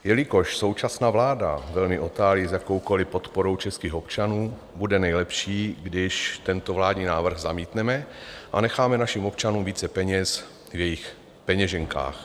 Jelikož současná vláda velmi otálí s jakoukoli podporou českých občanů, bude nejlepší, když tento vládní návrh zamítneme a necháme našim občanům více peněz v jejich peněženkách.